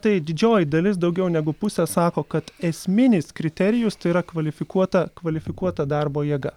tai didžioji dalis daugiau negu pusė sako kad esminis kriterijus tai yra kvalifikuota kvalifikuota darbo jėga